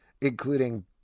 including